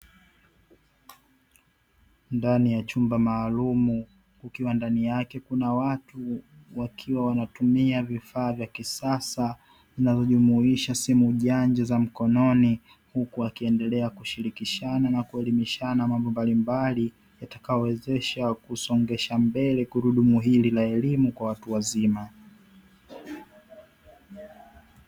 Ndani ya chumba maalumu kukiwa ndani yake kuna watu wakiwa wanatumia vifaa vyakisasa vinavyojumuisha simu janja za mkononi huku wakiendelea kushirikishana na kuelimishana mambo mbalimbali yatakayowezesha kusongesha mbele gurudumu hili la elimu kwa watuwazima.